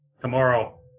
Tomorrow